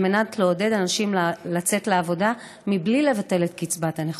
מנת לעודד אנשים לצאת לעבודה בלי לבטל את קצבת הנכות.